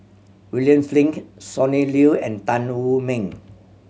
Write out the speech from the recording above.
William Flint Sonny Liew and Tan Wu Meng